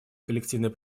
коллективный